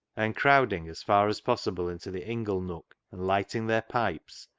and crowd ing as far as possible into the ingle-nook and lighting their pipes,